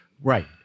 Right